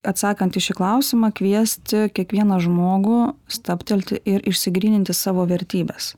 atsakant į šį klausimą kviesti kiekvieną žmogų stabtelti ir išsigryninti savo vertybes